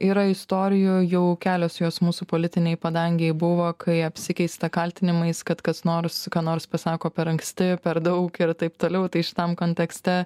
yra istorijoj jau kelios jos mūsų politinėj padangėj buvo kai apsikeista kaltinimais kad kas nors ką nors pasako per anksti per daug ir taip toliau tai šitam kontekste